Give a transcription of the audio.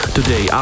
Today